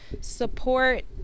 support